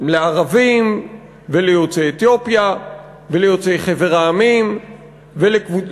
לערבים וליוצאי אתיופיה וליוצאי חבר המדינות,